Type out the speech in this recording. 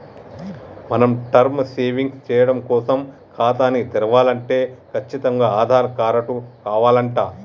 మనం term savings సేయడం కోసం ఖాతాని తెరవలంటే కచ్చితంగా ఆధార్ కారటు కావాలంట